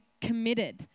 committed